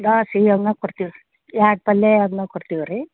ದೊಸೆ ಅನ್ನ ಕೊಡ್ತೀವಿ ರೀ ಎರಡು ಪಲ್ಯೆ ಯಾದನ್ನ ಕೊಡ್ತೀವಿ ರೀ